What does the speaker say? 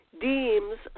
deems